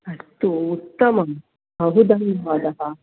अस्तु उत्तमं बहु धन्यवादः